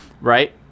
right